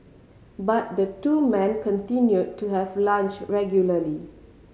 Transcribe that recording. but the two men continued to have lunch regularly